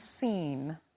seen